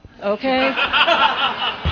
Okay